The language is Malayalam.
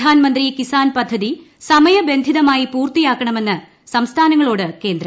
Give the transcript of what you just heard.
പ്രധാൻമന്ത്രി കിസ്ടാൻ പദ്ധതി സമയബന്ധിതമായി ന് പൂർത്തിയാക്കണ്മെന്ന് സംസ്ഥാനങ്ങളോട് കേന്ദ്രം